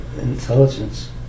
Intelligence